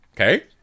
Okay